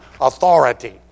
authority